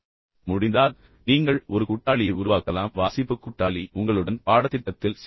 முடிந்தால் நீங்கள் ஒரு கூட்டாளியை உருவாக்கலாம் வாசிப்பு கூட்டாளி உங்களுடன் பாடத்திட்டத்தில் சேர்ந்த ஒருவர்